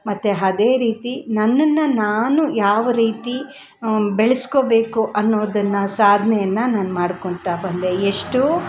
ಮತ್ತು ಅದೇ ರೀತಿ ನನ್ನನ್ನು ನಾನು ಯಾವ ರೀತಿ ಬೆಳೆಸ್ಕೊಳ್ಬೇಕು ಅನ್ನೋದನ್ನು ಸಾಧನೆಯನ್ನ ನಾನು ಮಾಡ್ಕೊಳ್ತಾ ಬಂದೆ ಎಷ್ಟೋ